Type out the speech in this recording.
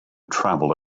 travel